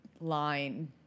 line